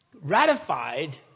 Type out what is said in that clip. ratified